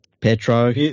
Petro